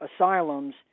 asylums